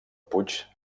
puig